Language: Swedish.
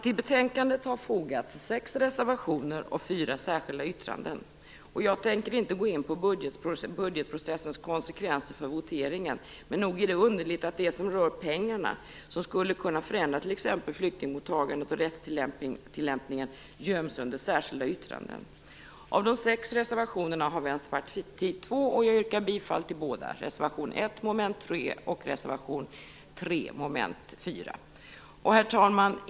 Till betänkandet har fogats 6 reservationer och 4 särskilda yttranden. Jag tänker inte gå in på budgetprocessens konsekvenser för voteringen, men nog är det underligt att det som rör pengarna och som skulle kunna förändra t.ex. flyktingmottagandet och rättstillämpningen göms under särskilda yttranden. Av de 6 reservationerna har Vänsterpartiet avgivit 2, och jag yrkar bifall till båda, reservation 1 Herr talman!